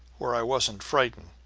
where i wasn't frightened,